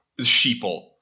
sheeple